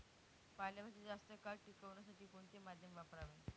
पालेभाज्या जास्त काळ टिकवण्यासाठी कोणते माध्यम वापरावे?